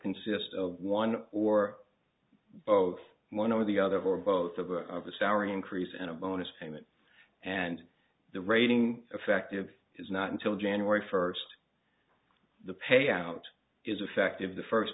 consist of one or both one or the other or both of a salary increase and a bonus payment and the rating effective is not until january first the payout is effective the first